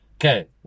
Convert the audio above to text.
Okay